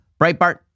Breitbart